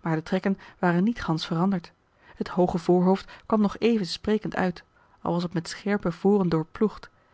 maar de trekken waren niet gansch veranderd het hooge voorhoofd kwam nog even sprekend uit al was het met scherpe voren